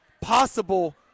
possible